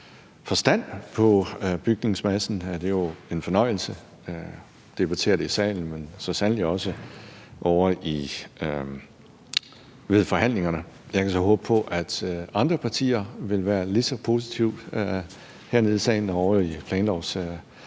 forstand på bygningsmassen. Det er jo en fornøjelse at debattere det i salen, men så sandelig også ovre ved forhandlingerne. Jeg kan så håbe på, at andre partier vil være lige så positive hernede i salen og ovre i planlovskredsen.